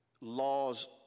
laws